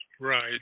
Right